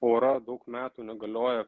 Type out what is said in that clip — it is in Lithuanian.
pora daug metų negalioja